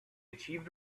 achieved